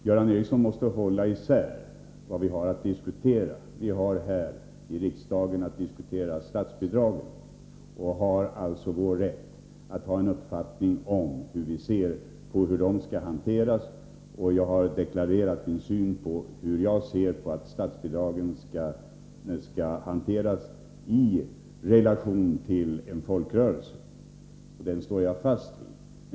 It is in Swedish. | mot luftförorening Herr talman! Göran Ericsson måste hålla isär vad vi har att diskutera. I a riksdagen har vi att diskutera statsbidragen, och vi har alltså rätt att ha en uppfattning om hanteringen av dem. Jag har deklarerat min syn på hur statsbidragen skall användas i relationen till en folkrörelse. Den uppfattningen står jag fast vid.